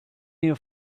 here